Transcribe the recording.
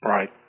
Right